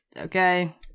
okay